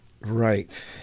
right